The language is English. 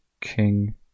King